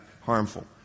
harmful